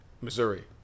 Missouri